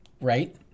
Right